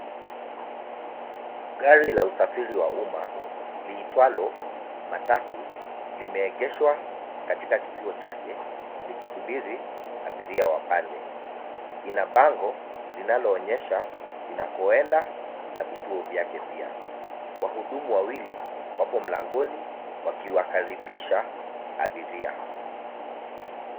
Magari la usafiri wa umma liitwalo matatu limeegeshwa katika kituo chake likisubiri abiria wapande. Ina bango inaloonyesha linakoenda na vituo vyake pia. Wahudumu wawili wapo mlangoni wakiwakaribisha abiria.